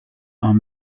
are